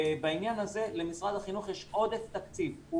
בעניין הזה למשרד החינוך יש עודף תקציב.